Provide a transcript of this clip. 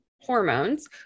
hormones